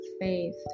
faith